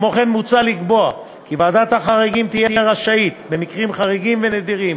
כמו כן מוצע לקבוע כי ועדת החריגים תהיה רשאית במקרים חריגים ונדירים